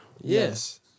Yes